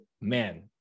man